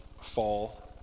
fall